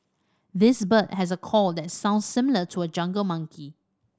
this bird has a call that sounds similar to a jungle monkey